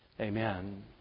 Amen